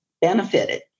benefited